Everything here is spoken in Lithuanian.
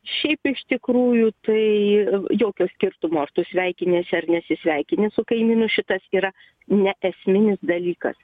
šiaip iš tikrųjų tai jokio skirtumo ar tu sveikiniesi ar nesisveikini su kaimynu šitas yra neesminis dalykas